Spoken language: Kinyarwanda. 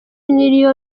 niyo